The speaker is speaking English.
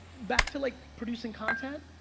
back to like producing content,